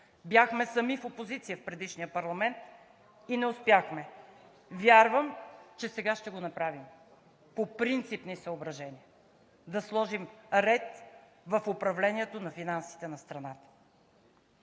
бяхме сами в опозиция в предишния парламент и не успяхме. Вярвам, че сега ще го направим. По принципни съображения да сложим ред в управлението на финансите на страната.